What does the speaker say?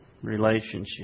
Relationship